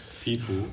people